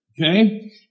Okay